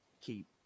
keep